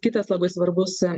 kitas labai svarbus